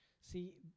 See